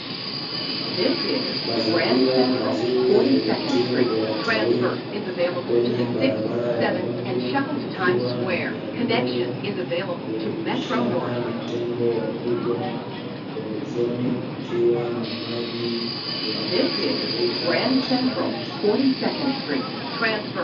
Mazingira mazuri ya vivutio vya watalii, kwenye barabara ya vumbi kukiwa na gari dogo, likipishana na tembo wakubwa pembezoni kukiwa na maji yanayotiririka katika mito.